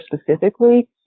specifically